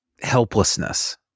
helplessness